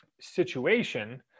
situation